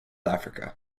africa